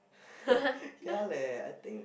ya leh I think